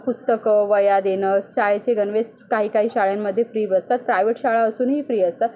पुस्तकं वह्या देणं शाळेचे गणवेश काही काही शाळेंमध्ये फ्री बसतात प्रायव्हेट शाळा असूनही फ्री असतात